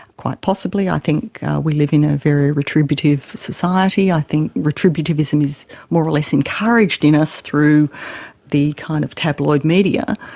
quite possibly. i think we live in a very retributive society. i think retributivism is more or less encouraged in us through the kind of tabloid media.